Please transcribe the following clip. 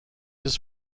his